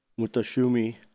Mutashumi